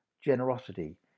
Generosity